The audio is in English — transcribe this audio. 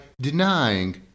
denying